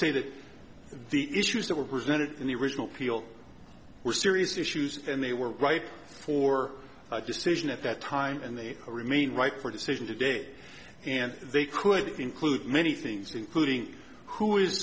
say that the issues that were presented in the original people were serious issues and they were ripe for a decision at that time and they remain right for a decision today and they could include many things including who is